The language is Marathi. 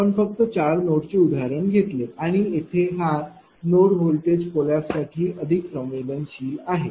आपण फक्त चार नोड चे उदाहरणात घेतले आणि येथे हा नोड व्होल्टेज कोलैप्स साठी अधिक संवेदनशील आहे